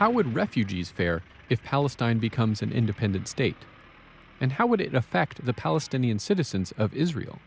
how would refugees fear if palestine becomes an independent state and how would it affect the palestinian citizens of israel